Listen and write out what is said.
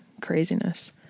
craziness